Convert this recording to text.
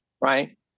right